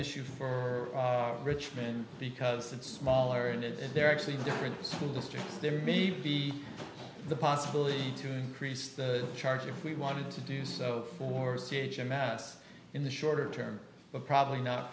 issue for richmond because it's smaller and it and there are actually different school districts there may be the possibility to increase the charge if we wanted to do so for staging mass in the shorter term but probably not